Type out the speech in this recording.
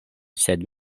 sed